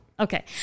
Okay